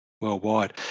worldwide